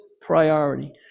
priority